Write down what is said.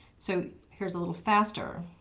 so here's a little faster.